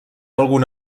algun